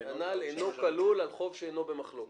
"הנ"ל אינו כלול על חוק שאינו במחלוקת".